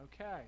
Okay